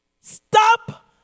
Stop